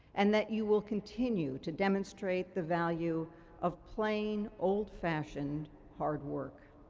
and that you will continue to demonstrate the value of plain old-fashioned hard work.